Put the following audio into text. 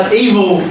evil